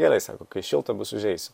gerai sako kai šilta bus užeisiu